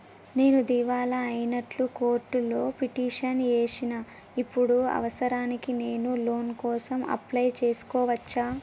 నేను దివాలా అయినట్లు కోర్టులో పిటిషన్ ఏశిన ఇప్పుడు అవసరానికి నేను లోన్ కోసం అప్లయ్ చేస్కోవచ్చా?